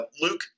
Luke